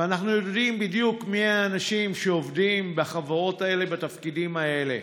ואנחנו יודעים בדיוק מי האנשים שעובדים בחברות האלה בתפקידים האלה,